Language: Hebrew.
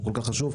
שהוא כל כך חשוב.